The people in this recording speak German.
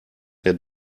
der